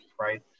right